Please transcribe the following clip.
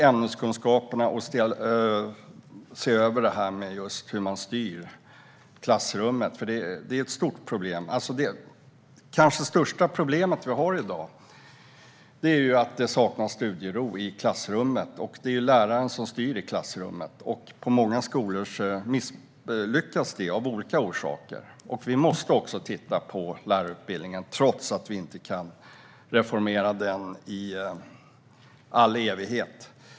Ämneskunskaperna och just hur man styr i klassrummet behöver ses över. Det är nämligen ett stort problem. Det kanske största problemet i dag är att det saknas studiero i klassrummet. Och det är läraren som styr i klassrummet. På många skolor misslyckas man med det, av olika orsaker. Vi måste titta på lärarutbildningen, trots att vi inte kan reformera den i all evighet.